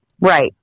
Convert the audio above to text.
Right